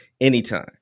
anytime